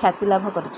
ଖ୍ୟାତିଲାଭ କରିଛି